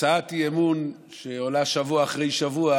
הצעת האי-אמון שעולה שבוע אחרי שבוע